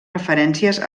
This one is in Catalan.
referències